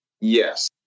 Yes